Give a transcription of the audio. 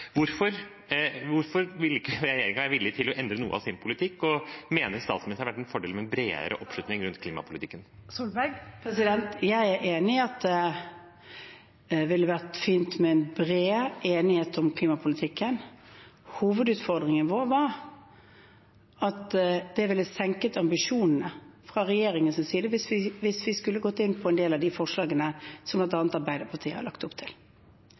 Hvorfor er ikke regjeringen villig til å endre noe av sin politikk? Og mener statsministeren det hadde vært en fordel med en bredere oppslutning rundt klimapolitikken? Jeg er enig i at det ville vært fint med en bred enighet om klimapolitikken. Hovedutfordringen vår var at det ville senket ambisjonene fra regjeringens side hvis vi skulle gått inn på en del av de forslagene som bl.a. Arbeiderpartiet har lagt opp til.